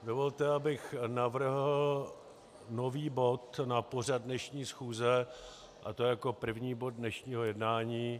Dovolte, abych navrhl nový bod na pořad dnešní schůze, a to jako první bod dnešního jednání.